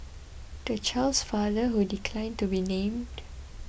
the child's father who declined to be named